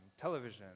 television